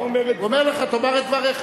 לא אומר את, הוא אומר לך: תאמר את דבריך.